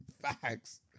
Facts